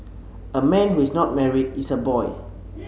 a man who is not married is a boy